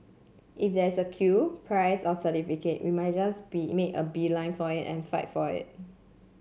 if there's a queue prize or certificate we might just be make a beeline for it and fight for it